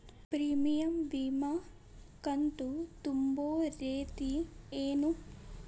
Premium ವಿಮಾ ಕಂತು ತುಂಬೋ ರೇತಿ ಏನು?